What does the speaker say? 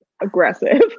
Aggressive